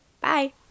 Bye